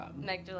Meg